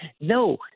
no